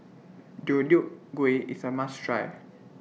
Deodeok Gui IS A must Try